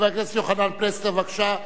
חבר הכנסת יוחנן פלסנר, בבקשה.